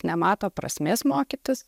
nemato prasmės mokytis